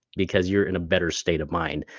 because you're in a better state of mind.